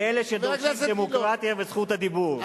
מאלה שדורשים דמוקרטיה וזכות הדיבור.